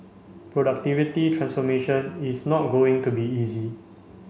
productivity transformation is not going to be easy